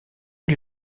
lui